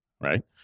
right